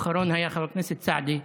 האחרון היה חבר הכנסת סעדי,